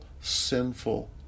sinful